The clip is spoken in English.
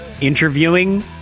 interviewing